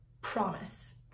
promise